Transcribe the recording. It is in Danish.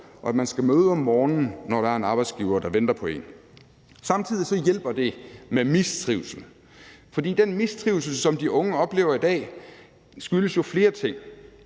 og at man skal møde om morgenen, når der er en arbejdsgiver, der venter på en. Samtidig hjælper det på mistrivsel, for den mistrivsel, som de unge oplever i dag, skyldes jo flere ting,